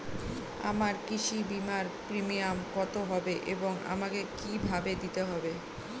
আমার কৃষি বিমার প্রিমিয়াম কত হবে এবং আমাকে কি ভাবে দিতে হবে?